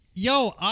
Yo